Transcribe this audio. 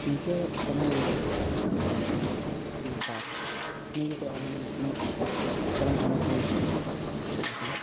ᱱᱤᱝᱠᱟᱹ ᱥᱮᱨᱮᱧ ᱢᱮᱱᱟᱜᱼᱟ ᱞᱟᱜᱽᱬᱮ ᱥᱮᱨᱮᱧᱠᱚ ᱱᱮᱛᱟᱨ ᱱᱤᱡᱮᱛᱮ ᱚᱞ ᱢᱟᱱᱮ ᱥᱮᱨᱮᱧ ᱟᱸᱡᱚᱢ ᱦᱩᱭᱟᱠᱟᱱᱟ ᱪᱮᱫᱞᱮᱠᱟ